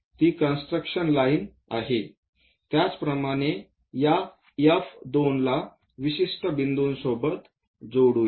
ती construction line आहे त्याचप्रमाणे या F 2 ला विशिष्ट बिंदूंसोबत जोडूया